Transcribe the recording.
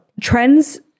trends